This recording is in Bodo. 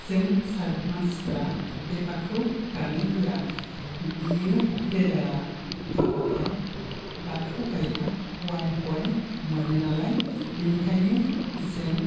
जों मानसिफोरा बे भागखौ गानो होआ बियो राइडारा गाबाथाय भागखौ गायोबा अवान पइन्ट मोनो नालाय जों